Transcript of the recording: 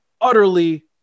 utterly